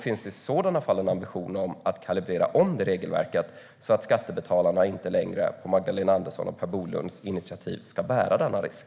Finns det i så fall en ambition att kalibrera om regelverket, så att skattebetalarna inte längre - på Magdalena Anderssons och Per Bolunds initiativ - ska bära denna risk?